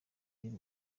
y’u